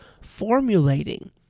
formulating